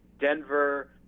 Denver